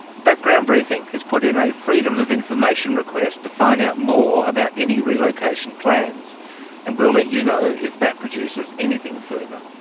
background briefing has put in a freedom of information request to find out more about any relocation plans and we'll let you know if that produces anything further.